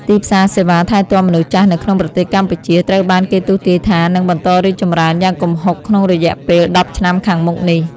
ទីផ្សារសេវាថែទាំមនុស្សចាស់នៅក្នុងប្រទេសកម្ពុជា ត្រូវបានគេទស្សន៍ទាយថានឹងបន្តរីកចម្រើនយ៉ាងគំហុកក្នុងរយៈពេលដប់ឆ្នាំខាងមុខនេះ។